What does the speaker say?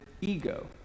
ego